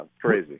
crazy